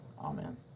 amen